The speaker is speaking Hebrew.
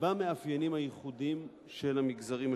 במאפיינים הייחודיים של המגזרים השונים.